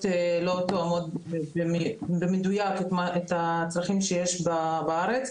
לא תואמות במדויק את הצרכים שיש בארץ.